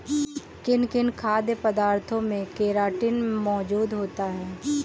किन किन खाद्य पदार्थों में केराटिन मोजूद होता है?